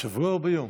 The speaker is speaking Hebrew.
בשבוע או ביום?